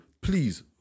please